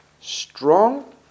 strong